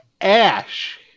Ash